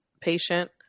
patient